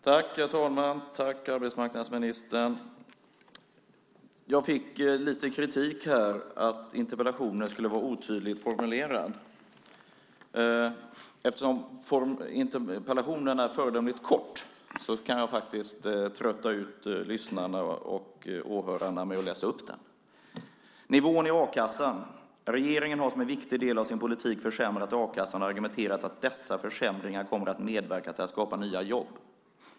Herr talman! Tack arbetsmarknadsministern! Jag fick lite kritik för att interpellationen skulle vara otydligt formulerad. Eftersom interpellationen är föredömligt kort kan jag faktiskt trötta ut åhörarna med att återge vad som står i den. Det står: Regeringen har som en viktig del av sin politik försämrat a-kassan och argumenterat att dessa försämringar kommer att medverka till att skapa nya jobb.